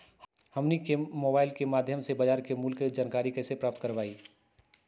हमनी के मोबाइल के माध्यम से बाजार मूल्य के जानकारी कैसे प्राप्त करवाई?